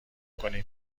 کنیم